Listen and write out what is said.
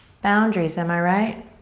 boundaries, am i right?